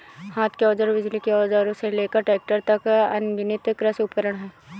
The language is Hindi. हाथ के औजारों, बिजली के औजारों से लेकर ट्रैक्टरों तक, अनगिनत कृषि उपकरण हैं